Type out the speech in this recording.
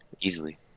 Easily